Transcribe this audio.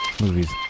Movies